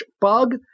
bug